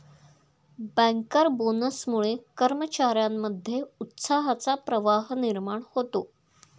banker बोनसमुळे कर्मचार्यांमध्ये उत्साहाचा प्रवाह निर्माण होतो